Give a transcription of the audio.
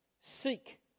Seek